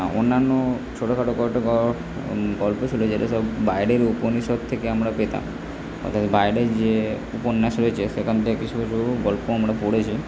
অন্যান্য ছোটোখাটো গল্প বা গল্প ছিল যেটা সব বাইরের উপনিষদ থেকে আমরা পেতাম অর্থাৎ বাইরের যে উপন্যাস রয়েছে সেখান থেকে কিছু কিছু গল্পও আমরা পড়েছি